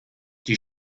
die